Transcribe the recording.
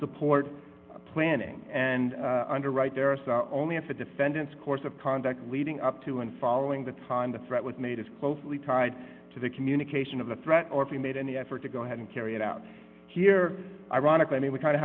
support planning and under right there are only at the defendant's course of conduct leading up to and following the time the threat was made is closely tied to the communication of the threat or if we made any effort to go ahead and carry it out here ironically i mean we kind of